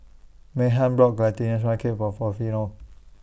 Meghann brought Glutinous Rice Cake For Porfirio